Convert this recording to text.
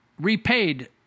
repaid